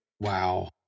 Wow